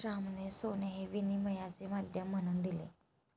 श्यामाने सोने हे विनिमयाचे माध्यम म्हणून दिले